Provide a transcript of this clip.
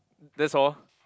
that's all